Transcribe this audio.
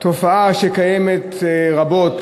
תודה רבה לך,